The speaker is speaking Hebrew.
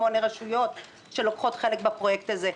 רשויות מקומיות שלוקחות חלק בפרויקט הזה.